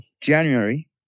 January